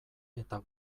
eta